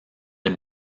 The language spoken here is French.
des